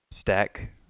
stack